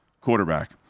quarterback